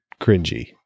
cringy